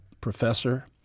professor